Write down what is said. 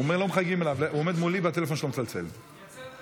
זה המשיך לכדי קבוצה קיצונית שמנצלת את